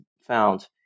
found